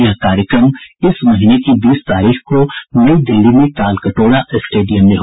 यह कार्यक्रम इस महीने की बीस तारीख को नई दिल्ली में तालकटोरा स्टेडियम में होगा